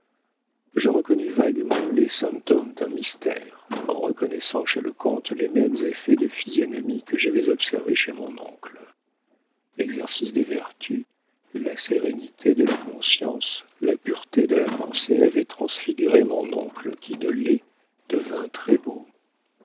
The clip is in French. je reconnus vaguement les symptômes d'un mystère en reconnaissant chez le comte les mêmes effets de physionomie que j'avais observés chez mon oncle l'exercice des vertus la sérénité de la conscience la pureté de la pensée avaient transfiguré mon oncle qui de laid devint très beau